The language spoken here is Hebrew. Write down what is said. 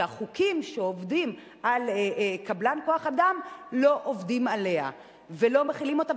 שהחוקים שעובדים על קבלן כוח-אדם לא עובדים עליה ולא מחילים אותם,